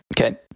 okay